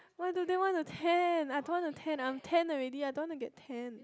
why do they want to tan I'm tan already I don't want to get tan